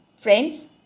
friends